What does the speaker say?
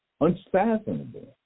unfathomable